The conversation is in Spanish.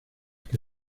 que